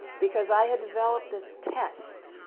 because i had developed this test.